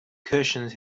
cushions